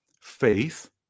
faith